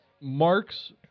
marks